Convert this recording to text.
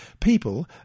people